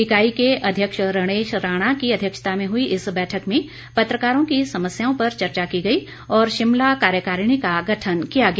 इकाई के अध्यक्ष रणेश राणा की अध्यक्षता में हुई इस बैठक में पत्रकारों की समस्याओं पर चर्चा की गई और शिमला कार्यकारिणी का गठन किया गया